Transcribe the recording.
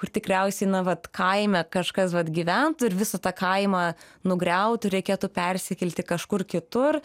kur tikriausiai na vat kaime kažkas vat gyventų ir visą tą kaimą nugriautų reikėtų persikelti kažkur kitur